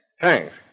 Thanks